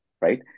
right